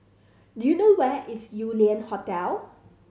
do you know where is Yew Lian Hotel